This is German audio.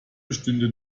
bestünde